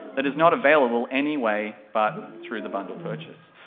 that is not available any way but through the bundle purchase.